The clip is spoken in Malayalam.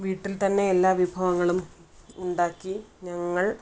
വീട്ടിൽ തന്നെ എല്ലാ വിഭവങ്ങളും ഉണ്ടാക്കി ഞങ്ങൾ